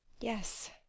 Yes